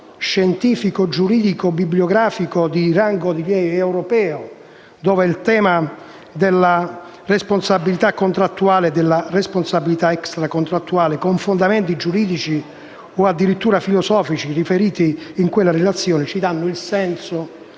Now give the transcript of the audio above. scientifico, giuridico e bibliografico di rango europeo, dove il tema della responsabilità contrattuale e della responsabilità extracontrattuale, con fondamenti giuridici o addirittura filosofici riferiti in quella relazione, ci dà il senso